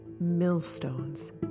millstones